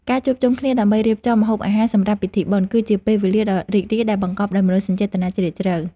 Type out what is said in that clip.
ការជួបជុំគ្នាដើម្បីរៀបចំម្ហូបអាហារសម្រាប់ពិធីបុណ្យ គឺជាពេលវេលាដ៏រីករាយដែលបង្កប់ដោយមនោសញ្ចេតនាជ្រាលជ្រៅ។